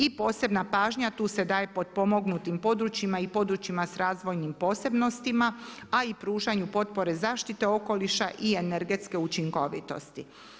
I posebna pažnja, tu se daje potpomognutim područjima i područjima s razvojnim posebnostima a i pružanju potpore zaštite okoliša i energetske učinkovitosti.